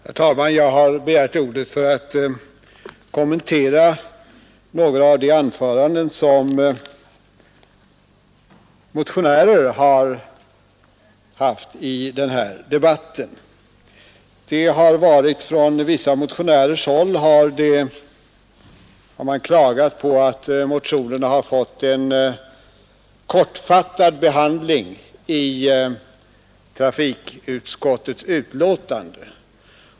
Herr talman! Jag har begärt ordet för att kommentera några av de anföranden som motionärerna har hållit i denna debatt. Vissa motionärer har klagat över att motionerna har fått en kortfattad behandling i trafikutskottets betänkande.